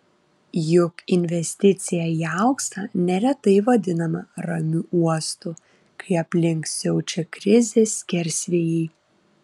juk investicija į auksą neretai vadinama ramiu uostu kai aplink siaučia krizės skersvėjai